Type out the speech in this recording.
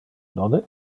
nonne